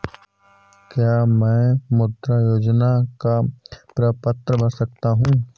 क्या मैं मुद्रा योजना का प्रपत्र भर सकता हूँ?